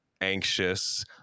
anxious